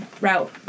route